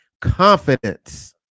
confidence